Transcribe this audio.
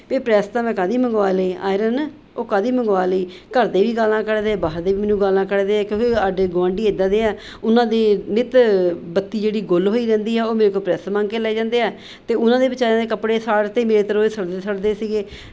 ਪੇ press ਤਾਂ ਮੈਂ ਕਾਹਦੀ ਮੰਗਵਾ ਲਈ ਆਇਰਨ ਉਹ ਕਾਹਦੀ ਮੰਗਵਾ ਲਈ ਘਰ ਦੇ ਵੀ ਗਾਲਾਂ ਕੱਢਦੇ ਬਾਹਰ ਦੇ ਵੀ ਮੈਨੂੰ ਗਾਲਾਂ ਕੱਢਦੇ ਕਿਉਂਕਿ ਆਡੇ ਗੁਆਂਢੀ ਇੱਦਾਂ ਦੇ ਹੈ ਉਹਨਾਂ ਦੀ ਨਿੱਤ ਬੱਤੀ ਜਿਹੜੀ ਗੁੱਲ ਪ੍ਰੈੱਸ ਮੰਗ ਕੇ ਲੈ ਜਾਂਦੇ ਆ ਅਤੇ ਉਹਨਾਂ ਦੇ ਵਿਚਾਰਿਆਂ ਦੇ ਕੱਪੜੇ ਸਾੜ ਤੇ ਮੇਰੇ ਸੜਦੇ ਸੜਦੇ ਸੀਗੇ